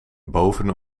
boven